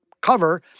cover